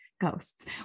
Ghosts